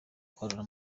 kwarura